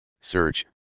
search